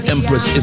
Empress